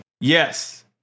Yes